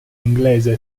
inglese